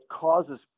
causes